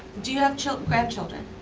do you have grandchildren?